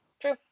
true